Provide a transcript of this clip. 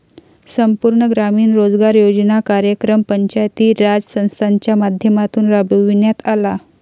संपूर्ण ग्रामीण रोजगार योजना कार्यक्रम पंचायती राज संस्थांच्या माध्यमातून राबविण्यात आला